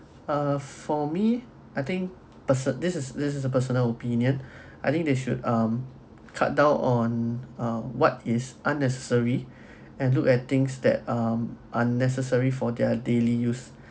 uh for me I think person this is this is a personal opinion I think they should um cut down on uh what is unnecessary and look at things that um unnecessary for their daily use